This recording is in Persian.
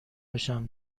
بشم